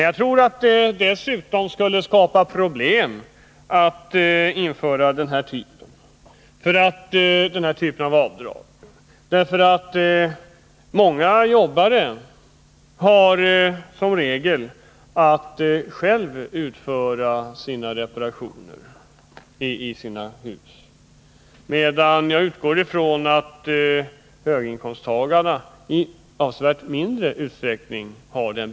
Jag tror att det skulle skapa problem att införa sådana här avdrag också Nr 51 därför att många jobbare som regel har att själva utföra reparationerna i sina hus, medan jag utgår från att höginkomsttagarna i avsevärt mindre omfattning gör sådant.